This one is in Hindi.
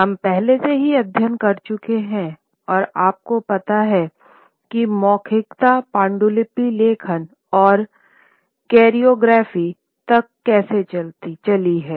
हम पहले से ही अध्ययन कर चुके हैंऔर आप को पता है कि मौखिकता पांडुलिपि लेखन और काइरोग्राफी तक कैसे चली है